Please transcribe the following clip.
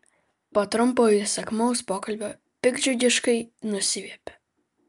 po trumpo įsakmaus pokalbio piktdžiugiškai nusiviepė